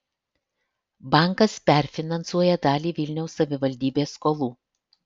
bankas perfinansuoja dalį vilniaus savivaldybės skolų